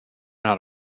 not